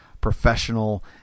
professional